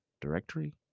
Directory